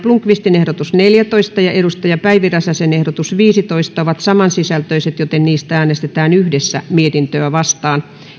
blomqvistin ehdotus neljätoista ja päivi räsäsen ehdotus viisitoista ovat saman sisältöisiä joten niistä äänestetään yhdessä mietintöä vastaan